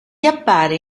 appare